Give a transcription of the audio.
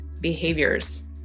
behaviors